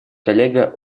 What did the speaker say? коллега